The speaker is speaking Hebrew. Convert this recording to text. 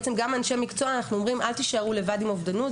גם לאנשי המקצוע אנחנו אומרים לא להישאר לבד עם האובדנות.